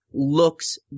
looks